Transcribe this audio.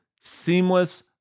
seamless